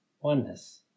oneness